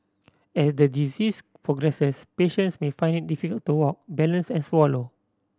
as the disease progresses patients may find it difficult to walk balance and swallow